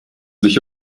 sich